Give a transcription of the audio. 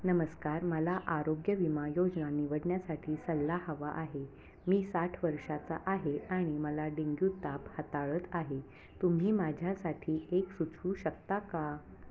नमस्कार मला आरोग्य विमा योजना निवडण्यासाठी सल्ला हवा आहे मी साठ वर्षाचा आहे आणि मला डेंग्यू ताप हाताळत आहे तुम्ही माझ्यासाठी एक सुचवू शकता का